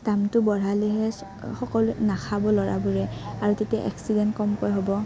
দামটো বঢ়ালেহে সকলোৱে নাখাব ল'ৰাবোৰে আৰু তেতিয়া এক্সিডেণ্ট কমকৈ হ'ব